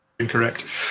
incorrect